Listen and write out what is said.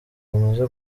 bamaze